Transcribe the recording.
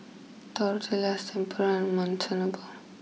Tortillas Tempura and Monsunabe